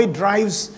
drives